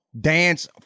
dance